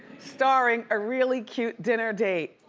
starring a really cute dinner date.